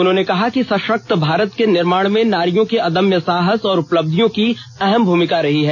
उन्होंने कहा कि सषक्त भारत के निर्माण में नारियों के अदम्य साहस और उपलब्धियों की अहम भूमिका रही है